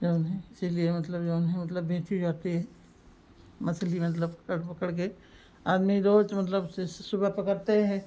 जऊन है इसीलिए मतलब जऊन है मतलब बेची जाती हैं मछली मतलब पकड़ पकड़कर आदमी रोज़ मतलब जैसे सुबह पकड़ते है